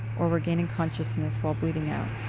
or regaining consciousness while bleeding out.